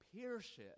peership